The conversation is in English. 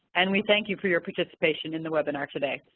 and we thank you for your participation in the webinar today.